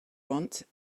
want